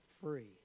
free